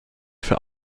für